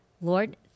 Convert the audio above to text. Lord